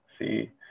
see